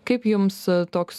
kaip jums toks